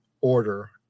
order